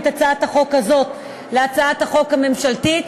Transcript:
את הצעת החוק הזאת להצעת החוק הממשלתית,